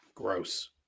Gross